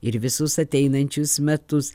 ir visus ateinančius metus